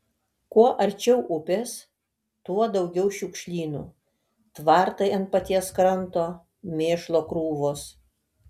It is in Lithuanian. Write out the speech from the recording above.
kuo arčiau upės tuo daugiau šiukšlynų tvartai ant paties kranto mėšlo krūvos